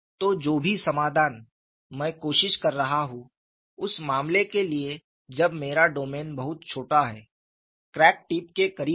तो जो भी समाधान मैं कोशिश कर रहा हूं उस मामले के लिए जब मेरा डोमेन बहुत छोटा है क्रैक टिप के करीब है